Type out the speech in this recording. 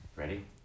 Ready